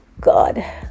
god